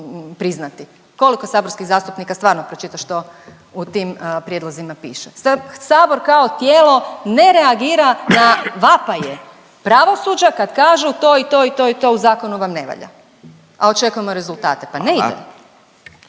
Koliko saborskih zastupnika stvarno pročita što u tim prijedlozima piše? Sabor kao tijelo ne reagira na vapaje pravosuđa kad kažu to i to i to i to u zakonu vam ne valja, a očekujemo rezultate. …/Upadica